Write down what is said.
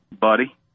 buddy